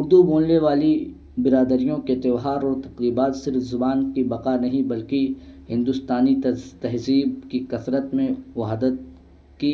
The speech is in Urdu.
اردو بولنے والی برادریوں کے تیوہار اور تقریبات صرف زبان کی بقا نہیں بلکہ ہندوستانی ت تہذیب کی کثرت میں وہادت کی